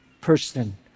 person